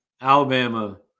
Alabama